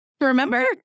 Remember